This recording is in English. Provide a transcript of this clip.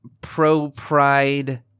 pro-Pride